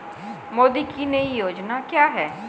मोदी की नई योजना क्या है?